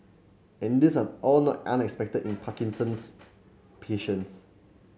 and these are all not unexpected in Parkinson's patients